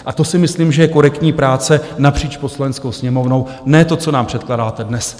A to si myslím, že je korektní práce napříč Poslaneckou sněmovnou, ne to, co nám předkládáte dnes!